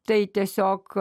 tai tiesiog